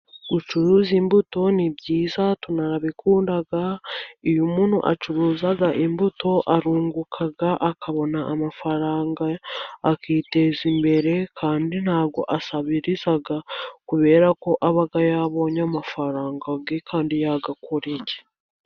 Gucuruza imbuto ni byiza tunarabikunda. Iyo umuntu acuruza imbuto arunguka, akabona amafaranga akiteza imbere kandi ntabwo asabiriza kubera ko aba yabonye amafaranga ye kandi yayakoreye.